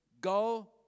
go